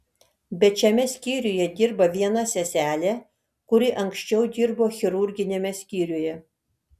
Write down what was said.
bet šiame skyriuje dirba viena seselė kuri anksčiau dirbo chirurginiame skyriuje